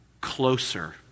closer